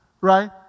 right